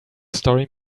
story